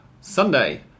Sunday